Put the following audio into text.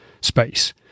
space